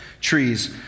trees